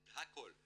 את הכל.